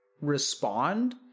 respond